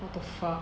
what the fuck